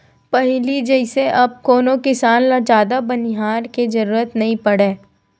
पहिली जइसे अब कोनो किसान ल जादा बनिहार के जरुरत नइ पड़य